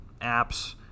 apps